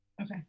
Okay